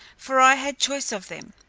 for i had choice of them,